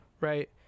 right